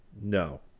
No